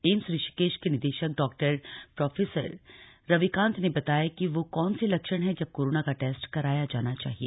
AIIMS Rishikesh के doctor professor Ravikant ने बताया कि वो कौन से लक्षण हैं जब कोरोना का टेस्ट कराया जाना चाहिए